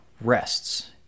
rests